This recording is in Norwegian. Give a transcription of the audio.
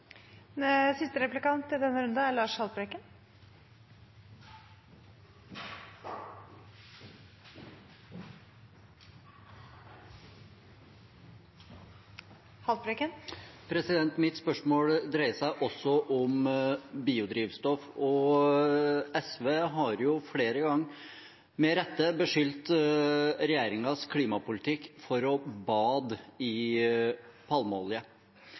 siste ord er sagt i så måte. Mitt spørsmål dreier seg også om biodrivstoff. SV har flere ganger med rette beskyldt regjeringens klimapolitikk for å bade i palmeolje.